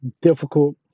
difficult